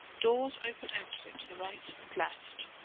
doors open out of it to the right and left.